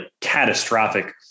catastrophic